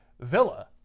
villa